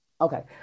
Okay